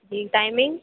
जी timing